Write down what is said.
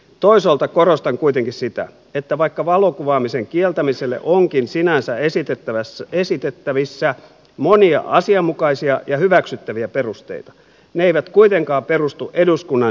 toisaalta korostan kuitenkin sitä että vaikka valokuvaamisen kieltämiselle onkin sinänsä esitettävissä monia asianmukaisia ja hyväksyttäviä perusteita ne eivät kuitenkaan perustu eduskunnan säätämään lakiin